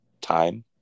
time